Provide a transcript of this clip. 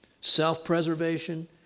Self-preservation